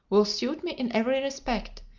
will suit me in every respect,